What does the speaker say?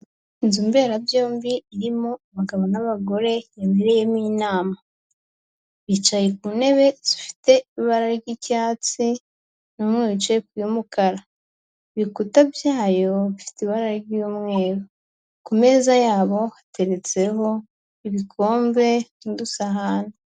Inzu mberabyombi irimo abagabo n'abagore yabereyemo inama, bicaye ku ntebe zifite ibara ry'icyatsi, n'umwe wicaye ku iy'umukara. Ibikuta byayo bifite ibara ry'umweru. Ku meza yabo hateretseho ibikombe n'udusahani.